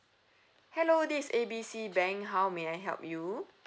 hello this is A B C bank how may I help you